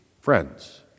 friends